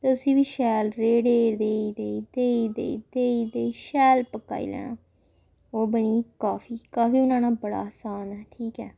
ते उसी बी शैल रेड़े देई देई देई देई देई देई शैल पकाई लैना ओह् बनी गेई काफी काफी बनाना बड़ा आसान ऐ ठीक ऐ